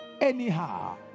anyhow